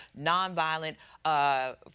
nonviolent